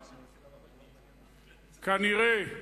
כנראה,